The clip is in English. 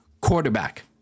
quarterback